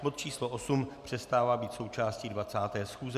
Bod číslo 8 přestává být součástí 20. schůze.